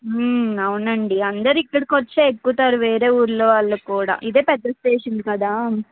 అవునండి అందరు ఇక్కడికి వచ్చే ఎక్కుతారు వేరే ఊర్లో వాళ్ళు కూడా ఇదే పెద్ద స్టేషన్ కదా